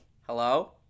Hello